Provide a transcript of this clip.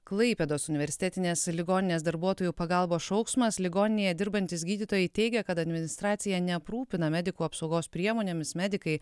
klaipėdos universitetinės ligoninės darbuotojų pagalbos šauksmas ligoninėje dirbantys gydytojai teigia kad administracija neaprūpina medikų apsaugos priemonėmis medikai